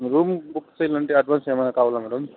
room book చేయాలంటే advance ఏమైనా కావాలా మ్యాడమ్